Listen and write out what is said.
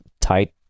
tight